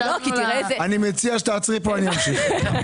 אני מציע שתעצרי פה ואני אמשיך ...